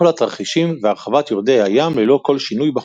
כל התרחישים והרחבת יורדי הים ללא כל שינוי בחוקים.